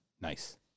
Nice